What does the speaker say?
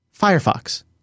Firefox